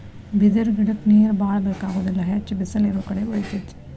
ಬಿದಿರ ಗಿಡಕ್ಕ ನೇರ ಬಾಳ ಬೆಕಾಗುದಿಲ್ಲಾ ಹೆಚ್ಚ ಬಿಸಲ ಇರುಕಡೆ ಬೆಳಿತೆತಿ